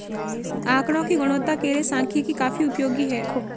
आकड़ों की गुणवत्ता के लिए सांख्यिकी काफी उपयोगी है